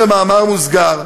במאמר מוסגר,